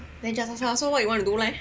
then just ask her ah so what you wanna do leh